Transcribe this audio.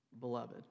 beloved